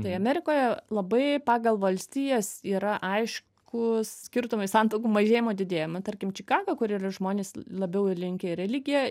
tai amerikoje labai pagal valstijas yra aiškūs skirtumai santuokų mažėjimo didėjimo tarkim čikaga kur yra žmonės labiau linkę religiją